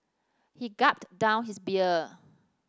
he gulped down his beer